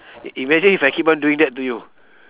imagine if I keep on doing that to you